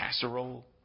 casserole